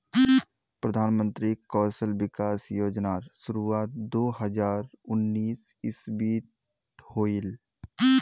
प्रधानमंत्री कौशल विकाश योज्नार शुरुआत दो हज़ार उन्नीस इस्वित होहिल